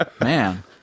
Man